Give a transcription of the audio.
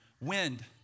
wind